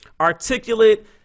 articulate